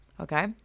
Okay